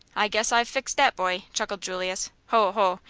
i guess i've fixed dat boy! chuckled julius. ho, ho!